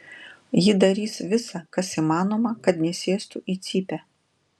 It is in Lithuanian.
ji darys visa kas įmanoma kad nesėstų į cypę